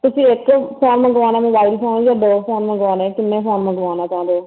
ਤੁਸੀਂ ਇੱਕ ਫੋਨ ਮੰਗਵਾਉਣਾ ਮੋਬਾਈਲ ਫੋਨ ਜਾਂ ਦੋ ਫੋਨ ਮੰਗਵਾਉਣੇ ਕਿੰਨੇ ਫੋਨ ਮੰਗਵਾਉਣਾ ਚਾਹੁੰਦੇ ਹੋ